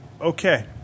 Okay